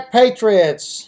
patriots